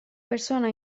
persona